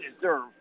deserve